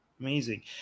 Amazing